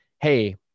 Hey